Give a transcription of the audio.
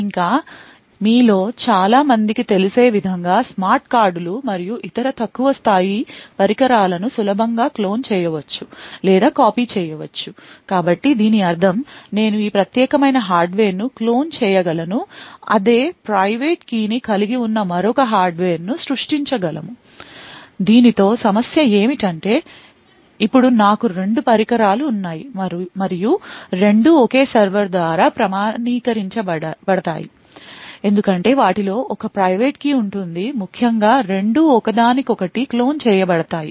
ఇంకా మీలో చాలా మందికి తెలిసే విధంగా స్మార్ట్ కార్డులు మరియు ఇతర తక్కువ స్థాయి పరికరాలను సులభంగా క్లోన్ చేయ వచ్చు లేదా కాపీ చేయ వచ్చు కాబట్టి దీని అర్థం నేను ఈ ప్రత్యేకమైన హార్డ్వేర్ను క్లోన్ చేయగలను అదే ప్రైవేట్ key ని కలిగి ఉన్న మరొక హార్డ్వేర్ను సృష్టించగలము దీనితో సమస్య ఏమిటంటే ఇప్పుడు నాకు రెండు పరికరాలు ఉన్నాయి మరియు రెండూ ఒకే సర్వర్ ద్వారా ప్రామాణీకరించబడతాయి ఎందుకంటే వాటిలో ఒకే ప్రైవేట్ key ఉంటుంది ముఖ్యంగా రెండూ ఒకదానికొకటి క్లోన్ చేయబడతాయి